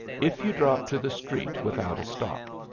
if you drop to the street without a stop.